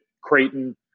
Creighton